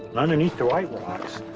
underneath the white rocks,